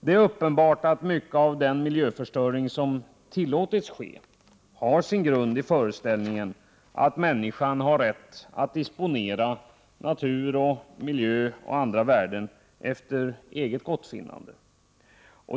Det är uppenbart att mycket av den miljöförstöring som tillåtits ske har sin grund i föreställningen att människan har rätt att disponera natur och miljö och andra värden efter eget gottfinnande.